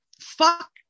fuck